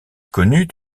connut